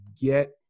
get